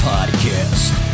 Podcast